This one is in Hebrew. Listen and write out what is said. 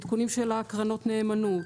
עדכונים של קרנות הנאמנות,